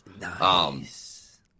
Nice